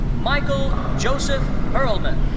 michael joseph pearlman.